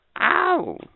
Ow